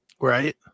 Right